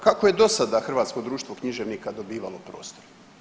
Kako je do sada Hrvatsko društvo književnika dobivalo prostor?